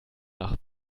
nach